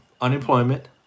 Unemployment